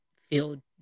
feel